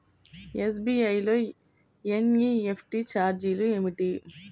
SBI లో N E F T ఛార్జీలు ఏమిటి?